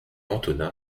antoni